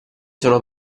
sono